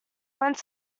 went